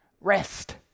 Rest